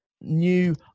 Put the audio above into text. new